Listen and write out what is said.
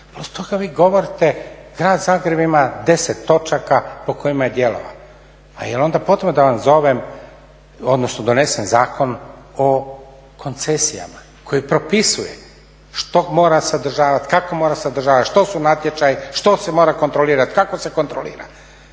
toga vi govorite Grad Zagreb ima 10 točaka po kojima je djelovao, pa jel onda potrebno da vam zovem odnosno donesen Zakon o koncesijama koji propisuje što mora sadržavat, kako mora sadržavat, što su natječaji, što se mora kontrolirat, kako se kontrolira.